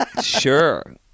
sure